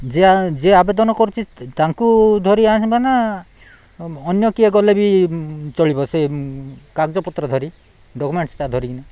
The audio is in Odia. ଯିଏ ଯିଏ ଆବେଦନ କରୁଚି ତାଙ୍କୁ ଧରି ଆଣିବା ନା ଅନ୍ୟ କିଏ ଗଲେ ବି ଚଳିବ ସେ କାଗଜପତ୍ର ଧରି ଡକୁମେଣ୍ଟ୍ସଟା ଧରିକିନା